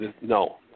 No